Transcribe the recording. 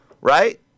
right